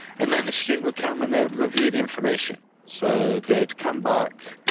and then the student would come and they would review the information so they'd come back.